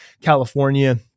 California